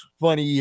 Funny